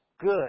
good